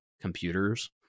computers